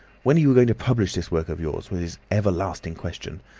when are you going to publish this work of yours was everlasting question.